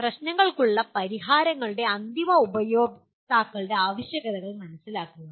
പ്രശ്നങ്ങൾക്കുള്ള പരിഹാരങ്ങളുടെ അന്തിമ ഉപയോക്താക്കളുടെ ആവശ്യകതകൾ മനസിലാക്കുക